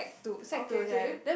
okay okay